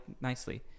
nicely